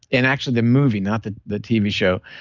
in actually the movie, not that the tv show,